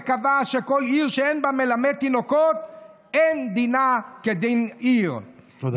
וקבעה שכל עיר שאין בה מלמד תינוקות אין דינה כדין עיר." תודה.